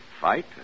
fight